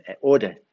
order